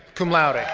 cum laude.